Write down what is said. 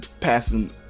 passing